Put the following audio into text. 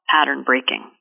pattern-breaking